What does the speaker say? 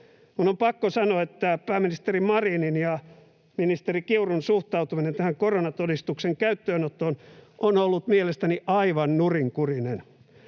on pakko sanoa, että pääministeri Marinin ja ministeri Kiurun suhtautuminen tähän koronatodistuksen käyttöönottoon on ollut mielestäni aivan nurinkurista.